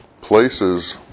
places